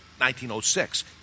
1906